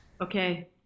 okay